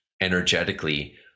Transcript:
energetically